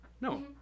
No